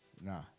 Nah